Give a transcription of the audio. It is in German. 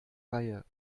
reihe